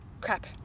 Crap